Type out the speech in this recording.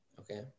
Okay